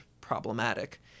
problematic